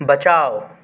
बचाओ